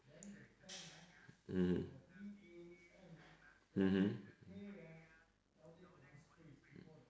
mm mmhmm